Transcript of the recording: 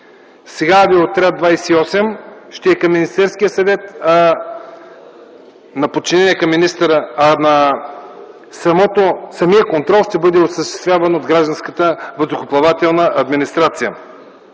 сега Авиоотряд 28 ще е към Министерския съвет, на подчинение към министъра, а самият контрол ще бъде осъществяван от Гражданската въздухоплавателна администрация.